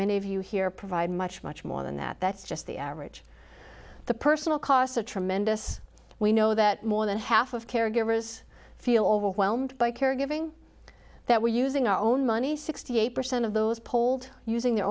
many of you here provide much much more than that that's just the average the personal costs a tremendous we know that more than half of caregivers feel overwhelmed by caregiving that we're using our own money sixty eight percent of those polled using their